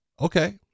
okay